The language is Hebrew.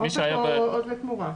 או עוז לתמורה.